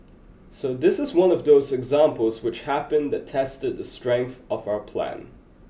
so this is one of those examples which happen that tested the strength of our plan